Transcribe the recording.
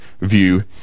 view